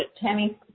tammy